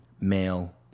male